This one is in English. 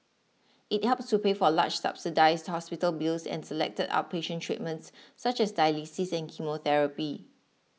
it helps to pay for large subsidised hospital bills and selected outpatient treatments such as dialysis and chemotherapy